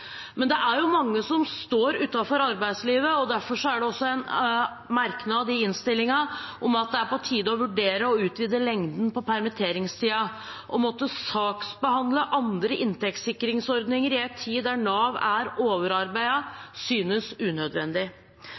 men det er mange som står utenfor arbeidslivet, derfor er det også en merknad i innstillingen om at det er på tide å vurdere å utvide lengden på permitteringstiden. Å måtte saksbehandle andre inntektssikringsordninger i en tid da Nav er overarbeidet, synes unødvendig.